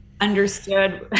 understood